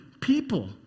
people